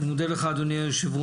אני מודה לך אדוני היושב-ראש.